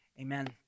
amen